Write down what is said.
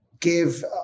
give